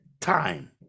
time